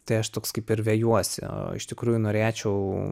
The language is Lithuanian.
tai aš toks kaip ir vejuosi o iš tikrųjų norėčiau